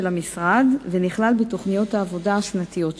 המשרד ונכלל בתוכניות העבודה השנתיות שלו.